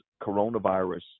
coronavirus